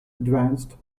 advanced